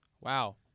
Wow